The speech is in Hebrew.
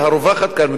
במדינת ישראל,